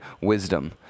wisdom